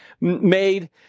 made